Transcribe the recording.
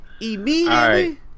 Immediately